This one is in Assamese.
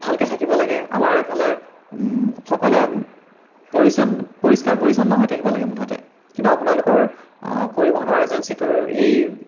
ভালকৈ থাকিব লাগে আমাৰ এইফালে সকলোৱে পৰিছন পৰিষ্কাৰ পৰিচ্ছন্ন হৈ থাকিব লাগে মুঠতে কিন্তু আপোনালোকৰ পৰিবহণৰ এজেঞ্চীটোৰ এই